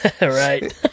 right